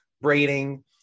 braiding